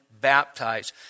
baptized